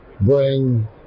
bring